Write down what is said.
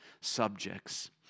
subjects